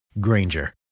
Granger